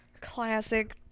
Classic